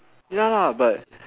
ya lah but